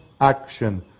action